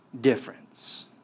difference